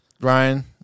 Ryan